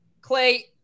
Clay